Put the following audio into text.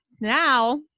now